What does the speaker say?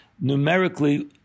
numerically